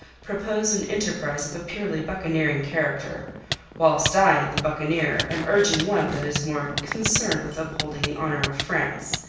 propose an enterprise of a purely buccaneering character whilst i, the buccaneer, am urging one that is more concerned with upholding the honour of france.